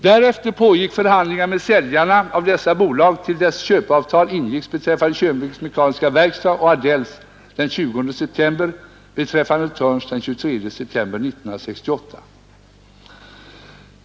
Därefter pågick förhandlingar med säljarna av dessa bolag till dess köpeavtal ingicks beträffande Köpings mekaniska verkstad och Aldells den 20 september och beträffande Thörns den 23 september 1968.